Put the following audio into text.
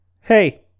hey